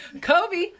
Kobe